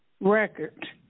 record